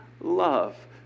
love